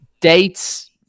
dates